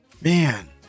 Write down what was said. Man